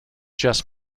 just